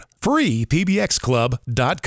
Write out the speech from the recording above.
freepbxclub.com